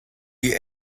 die